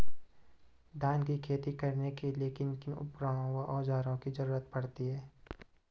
धान की खेती करने के लिए किन किन उपकरणों व औज़ारों की जरूरत पड़ती है?